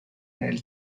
nel